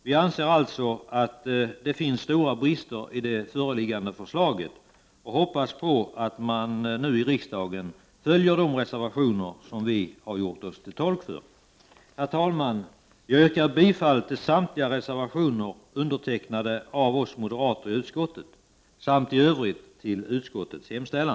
Vi anser således att det finns stora brister i det föreliggande förslaget och hoppas på att man nu i riksdagen följer de tankar som vi genom våra reservationer gjort oss till tolk för. Herr talman! Jag yrkar bifall till samtliga reservationer undertecknade av oss moderater i utskottet samt i övrigt till utskottets hemställan.